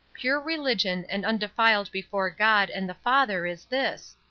pure religion and undefiled before god and the father is this,